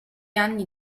anni